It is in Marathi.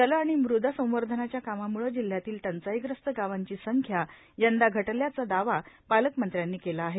जल आणि मदसंवर्धनाच्या कामामुळे जिल्ह्यातील टंचाईग्रस्त गावांची संख्या यंदा घटल्याचा दावा पालकमंत्र्यांनी केला आहे